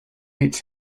its